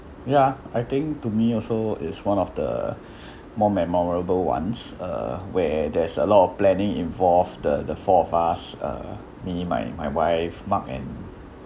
ya I think to me also it's one of the more memorable ones uh where there's a lot of planning involved the the four of us uh me my my wife mark and